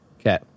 Okay